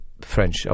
French